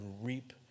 reap